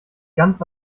ganz